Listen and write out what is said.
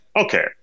okay